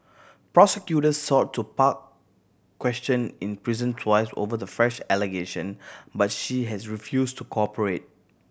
prosecutors sought to question in prison twice over the fresh allegation but she has refused to cooperate